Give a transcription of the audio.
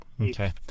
Okay